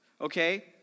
okay